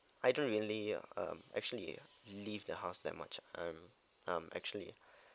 I don't really um actually leave the house that much I'm I'm actually